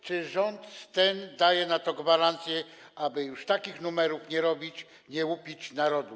Czy ten daje rząd gwarancję, aby już takich numerów nie robić, nie łupić narodu?